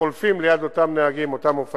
שחולפים ליד אותם אופנועים.